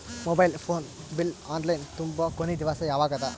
Mobile phone bill online ತುಂಬೊ ಕೊನಿ ದಿವಸ ಯಾವಗದ?